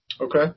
Okay